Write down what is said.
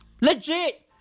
Legit